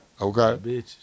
okay